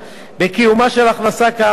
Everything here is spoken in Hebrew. בקיומה של הכנסה כאמור,